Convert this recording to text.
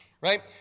right